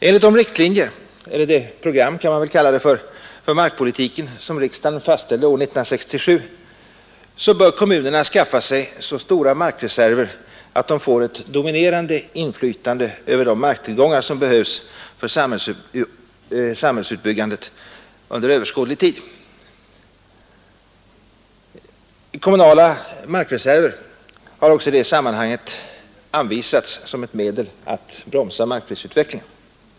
Enligt de riktlinjer — eller det program — för markpolitiken som riksdagen fastställde år 1967 bör kommunerna skaffa sig så stora markreserver att de får ett dominerande inflytande över de marktillgångar som behövs för samhällsutbyggandet under överskådlig tid. Kommunala markreserver har också i det sammanhanget anvisats som ett medel att bromsa markprisutvecklingen.